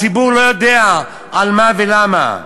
הציבור לא יודע על מה ולמה.